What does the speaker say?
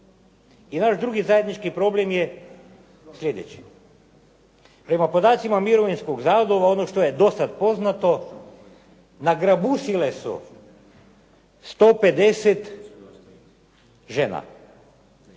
I naš drugi zajednički problem je slijedeći. Prema podacima mirovinskog zavoda ono što je do sada poznato nagrabusile su 150 žena